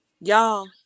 y'all